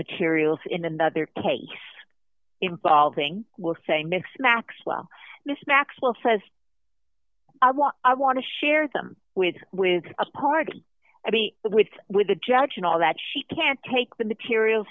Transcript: materials in another case involving we'll say mix maxwell miss maxwell says i want i want to share them with with a party i meet with with the judge and all that she can take the materials